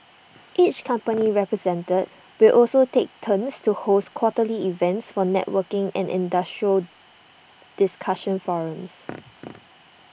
each company represented will also take turns to host quarterly events for networking and industry discussion forums